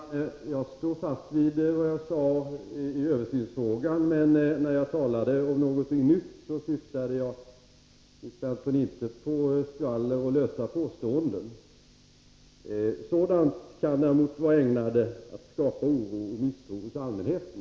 Herr talman! Jag står fast vid vad jag sade i översynsfrågan. När jag talade om någonting nytt syftade jag inte, Nils Berndtson, på skvaller och lösa påståenden. Sådant kan vara ägnat att skapa oro och misstro hos allmänheten.